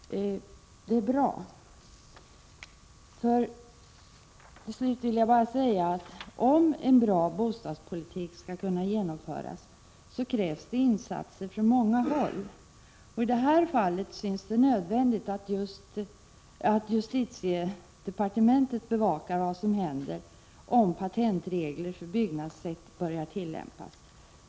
Herr talman! Det är bra. Till slut vill jag bara säga, att om en bra bostadspolitik skall kunna genomföras, krävs det insatser från många håll. I det här fallet synes det nödvändigt att justitiedepartementet bevakar vad som händer om patentregler för byggnadssätt börjar tillämpas.